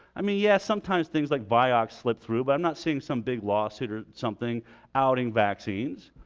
i mean yeah sometimes things like vioxx slip through but i'm not seeing some big lawsuit or something outing vaccines.